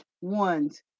ones